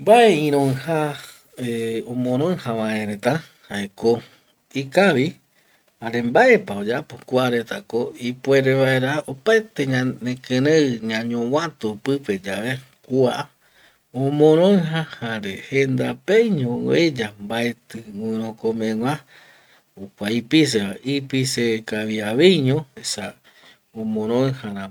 Mbae iroija omoroijava reta jaeko ikavi jare mbaepa oyeapo kua retako ipuere vaera opaete kia ikirei ñañovatu pipeyave kua omoroija jare jenda peño oeya mbaeti guirokomegua kua ipiseva, ipise kaviaveiño esa omoroijaramo